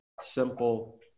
simple